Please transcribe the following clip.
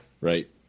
right